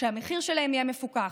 שהמחיר שלהם יהיה מפוקח,